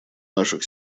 наших